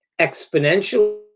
exponentially